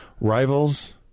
Rivals